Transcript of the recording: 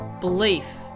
belief